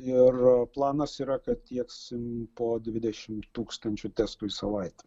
ir planas yra kad tieksim po dvidešimt tūkstančių testų į savaitę